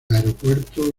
aeropuerto